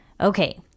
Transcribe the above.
Okay